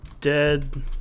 dead